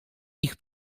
ich